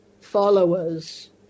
followers